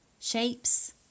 Shapes